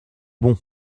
bon